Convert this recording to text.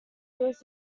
deals